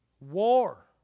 war